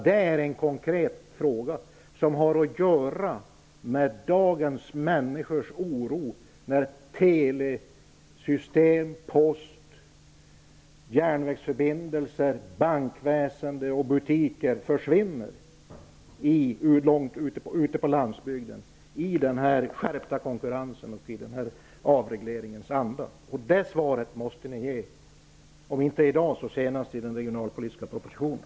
Det är en konkret fråga som rör dagens människors oro i samband med att telesystem, post, järnvägsförbindelser, bankväsende och butiker försvinner från landsbygden i den skärpta konkurrensens och avregleringens anda. Ni måste ge ett svar, om inte i dag så senast i den regionalpolitiska propositionen.